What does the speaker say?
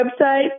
website